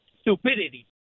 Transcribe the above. stupidity